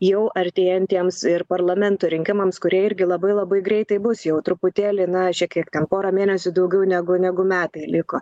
jau artėjantiems ir parlamento rinkimams kurie irgi labai labai greitai bus jau truputėlį na šiek tiek ten porą mėnesių daugiau negu negu metai liko